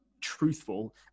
Truthful